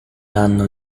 hanno